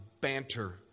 banter